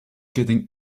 getting